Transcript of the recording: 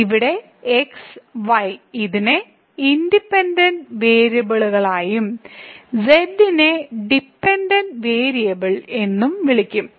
ഇവിടെ x y ഇതിനെ independent വേരിയബിളുകളായും z നെ ഡിപെൻഡന്റ് വേരിയബിൾ എന്നും വിളിക്കും